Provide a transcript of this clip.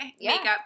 makeup